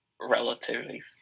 relatively